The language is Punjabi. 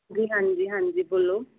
ਜੀ ਹਾਂਜੀ ਹਾਂਜੀ ਬੋਲੋ